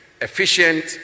efficient